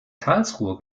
karlsruhe